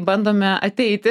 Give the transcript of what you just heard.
bandome ateiti